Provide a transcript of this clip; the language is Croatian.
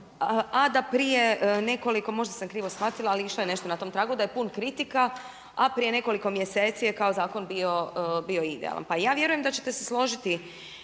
a da prije nekoliko, možda sam krivo shvatila, ali išlo je nešto na tom tragu da je pun kritika a prije nekoliko mjeseci je kao zakon bio idealan. Pa ja vjerujem da ćete se složiti